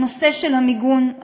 הנושא של המיגון,